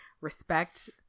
respect